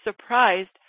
surprised